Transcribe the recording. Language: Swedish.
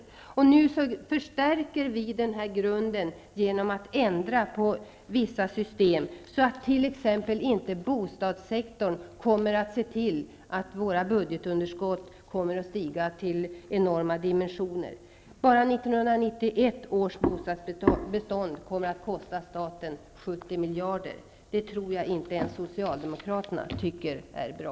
Genom att ändra på vissa system, förstärker vi den här grunden, så att inte t.ex. bostadssektorn orsakar ett budgetunderskott i enorma dimensioner. Enbart 1991 års bostadsbestånd kommer att kosta staten 70 miljarder kronor. Jag tror inte ens att socialdemokraterna tycker att det är bra.